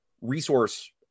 resource